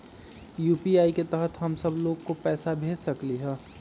UPI के तहद हम सब लोग को पैसा भेज सकली ह?